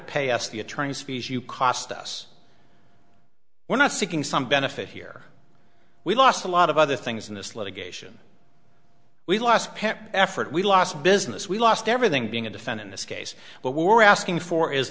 pay us the attorneys fees you cost us we're not seeking some benefit here we lost a lot of other things in this litigation we lost pets effort we lost business we lost everything being a defend in this case what we're asking for is